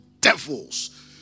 devils